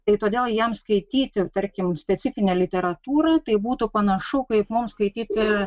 tai todėl jiems skaityti tarkim specifinę literatūrą tai būtų panašu kaip mums skaityti